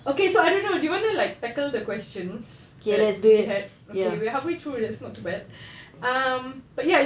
okay so I don't know do you want like tackle the questions that we had okay we are halfway through so it's not too bad um but ya